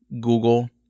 Google